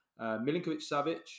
Milinkovic-Savic